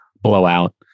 blowout